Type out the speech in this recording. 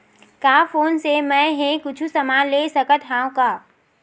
का फोन से मै हे कुछु समान ले सकत हाव का?